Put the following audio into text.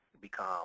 become